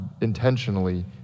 intentionally